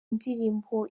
ndirimbo